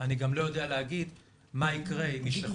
אני גם לא יודע להגיד מה יקרה אם ישלחו